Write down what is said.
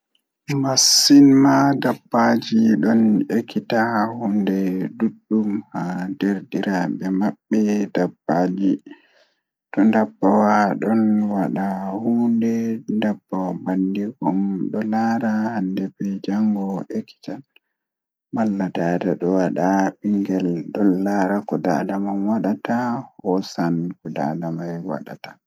Masin ma dabbaji ɗon ekita hunde ɗudɗum haa derdidaaɓe mabɓe dabbaji ndabbawa don wada hunde to ndabbawa bandiko mum don ndara jango o ekitan malla dada don wada bingel don ndaara ko dada wadata hoosan ko dada mana wadata